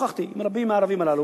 שוחחתי עם רבים מהערבים הללו,